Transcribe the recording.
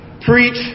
preach